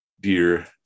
dear